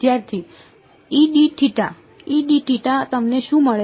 તમને શું મળે છે